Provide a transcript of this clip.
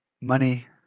money